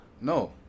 No